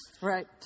right